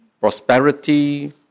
prosperity